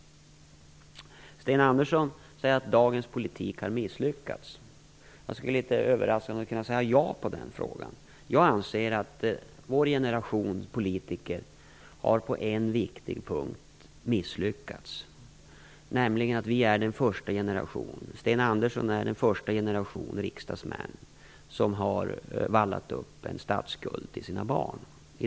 Sten Andersson säger att dagens politik har misslyckats. Jag skulle litet överraskande kunna säga ja där. Jag anser att vår generation politiker på en viktig punkt har misslyckats. Vi är nämligen den första generationen riksdagsmän, också Sten Andersson, som har vallat upp en statsskuld till sina barn.